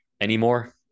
anymore